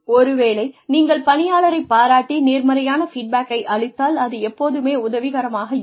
ஒருவேளை நீங்கள் பணியாளரை பாராட்டி நேர்மறையான ஃபீட்பேக்கை அளித்தால் அது எப்போதும் உதவிகரமாக இருக்கும்